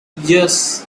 yes